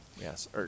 Yes